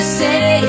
say